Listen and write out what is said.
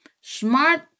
smart